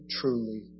truly